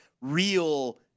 real